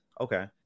Okay